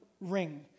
ring